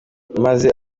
maze